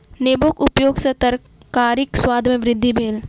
नेबोक उपयग सॅ तरकारीक स्वाद में वृद्धि भेल